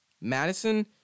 Madison